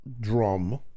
drum